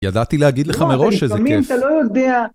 ידעתי להגיד לך מראש שזה כיף. לפעמים אתה לא יודע